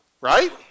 right